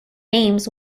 names